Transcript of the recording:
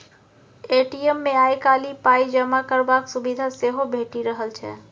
ATM मे आइ काल्हि पाइ जमा करबाक सुविधा सेहो भेटि रहल छै